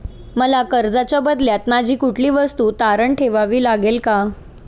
मला कर्जाच्या बदल्यात माझी कुठली वस्तू तारण ठेवावी लागेल का?